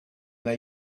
they